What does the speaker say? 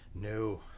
No